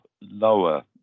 lower